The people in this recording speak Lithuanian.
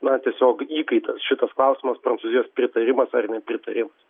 na tiesiog įkaitas šitas klausimas prancūzijos pritarimas ar nepritarimas